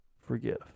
forgive